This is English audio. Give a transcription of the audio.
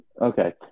Okay